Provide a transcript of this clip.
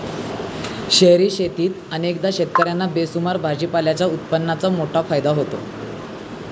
शहरी शेतीत अनेकदा शेतकर्यांना बेसुमार भाजीपाल्याच्या उत्पादनाचा मोठा फायदा होतो